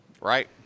Right